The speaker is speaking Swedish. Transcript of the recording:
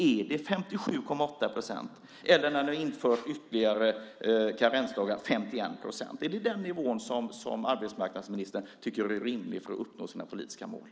Är det 57,8 procent eller 51 procent när ni har infört ytterligare karensdagar? Är det den nivå som arbetsmarknadsministern tycker är rimlig för att uppnå sina politiska mål?